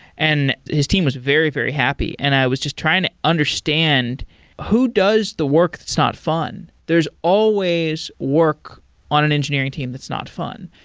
and his team was very, very happy. and i was just trying to understand who does the work that's not fun? there's always work on an engineering team that's not fun.